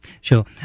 Sure